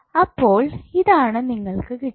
അപ്പോൾ ഇതാണ് നിങ്ങൾക്ക് കിട്ടിയത്